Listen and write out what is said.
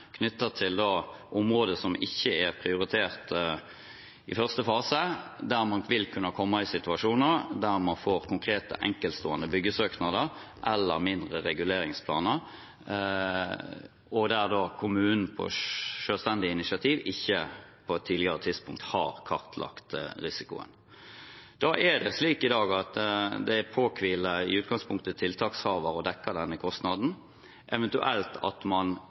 til områder som ikke er prioritert i første fase, der man vil kunne komme i situasjoner med konkrete, enkeltstående byggesøknader eller mindre reguleringsplaner, der kommunen da ikke på selvstendig initiativ på et tidligere tidspunkt har kartlagt risikoen. Da er det slik i dag at det påhviler i utgangspunktet tiltakshaver å dekke denne kostnaden, eventuelt at man